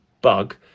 bug